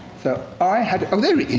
so i had oh there